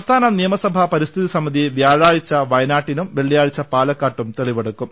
സംസ്ഥാന നിയമസഭാ പരിസ്ഥിതി സമിതി വ്യാഴാഴ്ച വയനാട്ടിലും വെള്ളിയാഴ്ച പാലക്കാടും തെളിവെടുക്കും